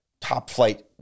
top-flight